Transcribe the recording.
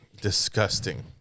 Disgusting